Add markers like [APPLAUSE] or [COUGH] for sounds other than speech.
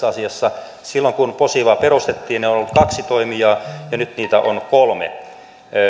[UNINTELLIGIBLE] asiassa silloin kun posiva perustettiin on ollut kaksi toimijaa ja nyt niitä on kolme